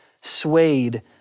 swayed